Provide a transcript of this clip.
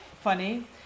funny